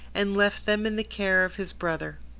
and left them in the care of his brother.